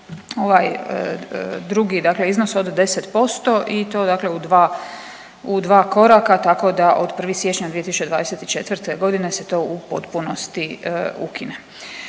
ovaj drugi dakle iznos od 10% i to dakle u dva, u dva koraka, tako da od 1. siječnja 2024.g. se to u potpunosti ukine.